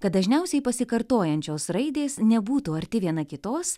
kad dažniausiai pasikartojančios raidės nebūtų arti viena kitos